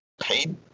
paid